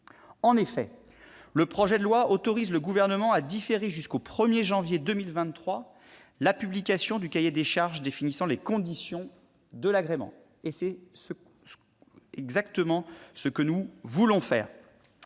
En effet, le présent projet de loi autorise le Gouvernement à différer, jusqu'au 1 janvier 2023, la publication du cahier des charges définissant les conditions de l'agrément ; c'est exactement ce que nous voulons faire.